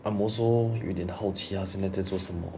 I'm also 有一点好奇 ah 现在在做什么